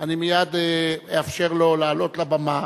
אני מייד אאפשר לו לעלות לבמה